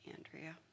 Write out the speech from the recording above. Andrea